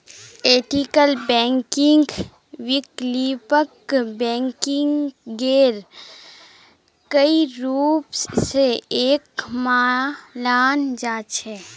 ethical बैंकिंगक वैकल्पिक बैंकिंगेर कई रूप स एक मानाल जा छेक